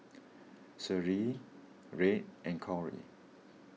Shaylee Red and Kory